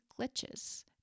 glitches